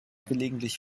gelegentlich